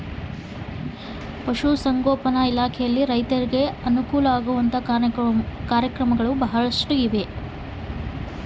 ಪಶುಸಂಗೋಪನಾ ಇಲಾಖೆಯಲ್ಲಿ ರೈತರಿಗೆ ಅನುಕೂಲ ಆಗುವಂತಹ ಕಾರ್ಯಕ್ರಮಗಳು ಇವೆಯಾ?